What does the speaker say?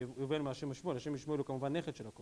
הוא עובר מהשם ישמור, השם ישמור הוא כמובן נכד של הכול